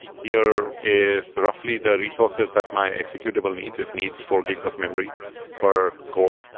here is roughly the resources that my executable needs. it needs four gigs of memory per core,